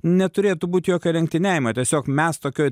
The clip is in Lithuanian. neturėtų būt jokio lenktyniavimo tiesiog mes tokioj